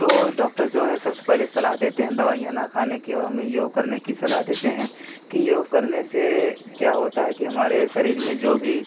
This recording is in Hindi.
तो डॉक्टर्स जो हैं सबसे पहेले सलाह देते हैं दवाइयाँ न खाने की और हमें योग करने की सलाह देते हैं कि योग करने से क्या होता है कि हमारे शरीर में जो भी